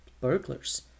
Burglars